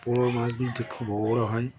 পুরোনো মাছগুলি খুব বড় বড় হয়